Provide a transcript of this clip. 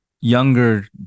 younger